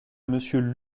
monsieur